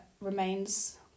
remains